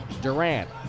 Durant